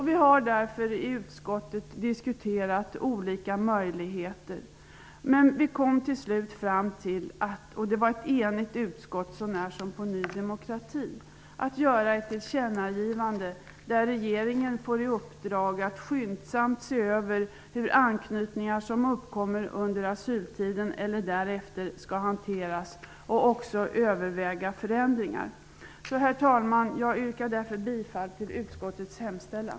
Vi har därför i utskottet diskuterat olika möjligheter. Ett enigt utskott, så när som på Ny demokrati, kom till slut fram till att man skulle göra ett tillkännagivande till regeringen att skyndsamt se över hur anknytningar som uppkommer under asyltiden eller därefter skall hanteras samt också överväga förändringar. Herr talman! Jag yrkar därför bifall till utskottets hemställan.